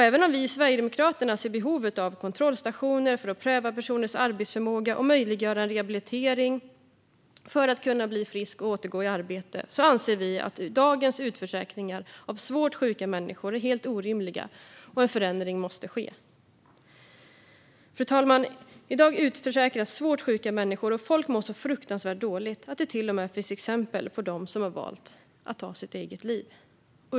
Även om vi i Sverigedemokraterna ser behov av kontrollstationer för att pröva personers arbetsförmåga och möjliggöra en rehabilitering, så att de ska kunna bli friska och återgå i arbete, anser vi att dagens utförsäkringar av svårt sjuka människor är helt orimliga och att en förändring måste ske. Fru talman! I dag utförsäkras svårt sjuka människor. Folk mår så fruktansvärt dåligt. Det finns till och med exempel på dem som har valt att ta sitt eget liv.